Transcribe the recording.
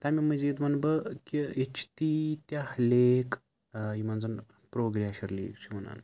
تمہِ مٔزیٖد وَنہٕ بہٕ کہِ ییٚتہِ چھِ تیٖتیٛاہ لیک ٲں یِمَن زَن پرٛو گٕلیشَر لیک چھِ وَنان